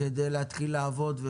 כדי להתחיל לעבוד?